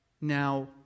now